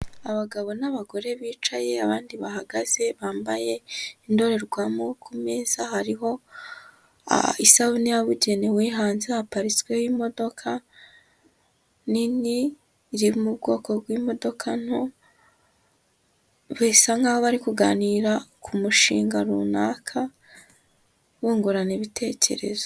Abagabo n'abagore bicaye, abandi bahagaze, bambaye indorerwamo, ku meza hariho isabune yabugenewe, hanze haparitsweyo imodoka nini iri mu bwoko bw'imodoka nto, bisa nkaho bari kuganira ku mushinga runaka bungurana ibitekerezo.